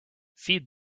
feed